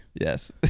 yes